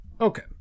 Okay